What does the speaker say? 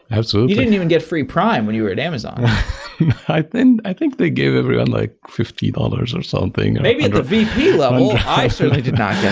absolutely you didn't even get free prime when you were at amazon i and i think they gave everyone like fifty dollars or something maybe at the vp level. i certainly did not yeah